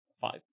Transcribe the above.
Five